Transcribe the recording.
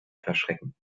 verschrecken